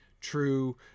true